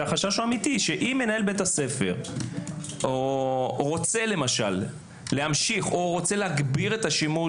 והוא חשש אמיתי: אם מנהל בית הספר רוצה להגביר את השימוש